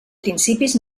principis